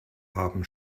haben